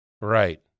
Right